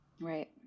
Right